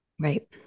Right